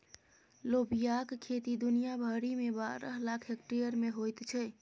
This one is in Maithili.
लोबियाक खेती दुनिया भरिमे बारह लाख हेक्टेयर मे होइत छै